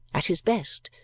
at his best,